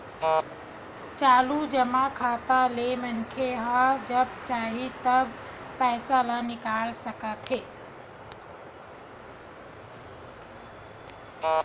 चालू जमा खाता ले मनखे ह जब चाही तब पइसा ल निकाल सकत हे